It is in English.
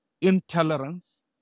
intolerance